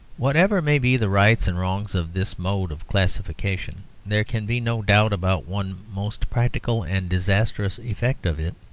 whatever may be the rights and wrongs of this mode of classification, there can be no doubt about one most practical and disastrous effect of it.